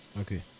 Okay